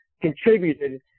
contributed